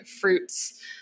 fruits